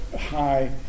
High